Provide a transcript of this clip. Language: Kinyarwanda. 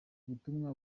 ubutumwa